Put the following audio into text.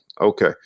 okay